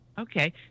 Okay